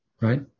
right